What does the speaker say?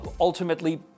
ultimately